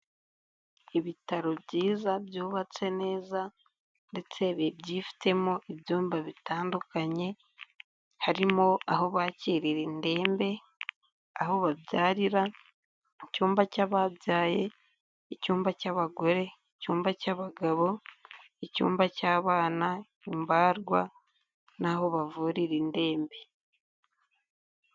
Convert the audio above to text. Ibitaro byiza byubatse neza ndetse byifitemo ibyumba bitandukanye harimo aho bakirira indembe, aho babyarira, icyumba cy'ababyaye, icyumba cy'abagore, icyumba cy'abagabo, icyumba cy'abana, imbagwa n'aho bavurira indembe.